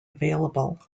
available